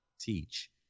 teach